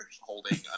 holding